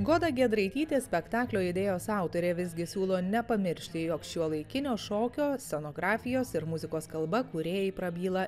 goda giedraitytė spektaklio idėjos autorė visgi siūlo nepamiršti jog šiuolaikinio šokio scenografijos ir muzikos kalba kūrėjai prabyla